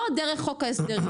לא דרך חוק ההסדרים.